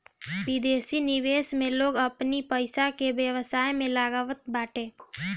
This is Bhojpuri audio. विदेशी निवेश में लोग अपनी पईसा के व्यवसाय में लगावत बाटे